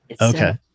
Okay